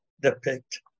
depict